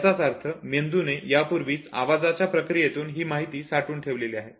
याचाच अर्थ मेंदूने यापूर्वीच आवाजाच्या प्रक्रियेतून ही माहिती साठवून ठेवलेली आहे